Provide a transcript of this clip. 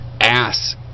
ass